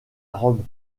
rome